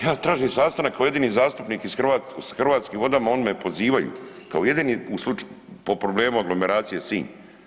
Ja tražim sastanak kao jedini zastupnik s Hrvatskim vodama oni me pozivaju, kao jedini u slučaju, po problemu aglomeracije Sinj.